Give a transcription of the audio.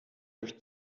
durch